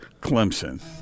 Clemson